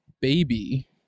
baby